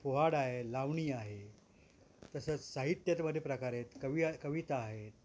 पोवाड आहे लावणी आहे तसंच साहित्यातमध्ये प्रकार आहेत कविया कविता आहेत